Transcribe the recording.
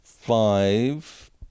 Five